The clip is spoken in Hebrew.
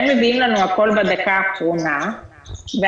הם מביאים לנו הכול בדקה האחרונה ואנחנו